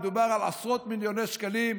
מדובר על עשרות מיליוני שקלים,